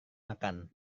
makan